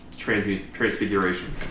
transfiguration